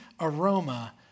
aroma